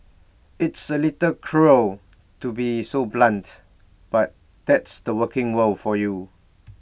it's A little cruel to be so blunt but that's the working world for you